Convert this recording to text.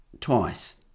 twice